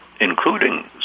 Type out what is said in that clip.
including